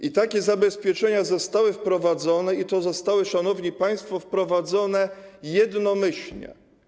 I takie zabezpieczenia zostały wprowadzone, i to zostały, szanowni państwo, wprowadzone jednomyślnie.